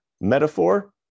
metaphor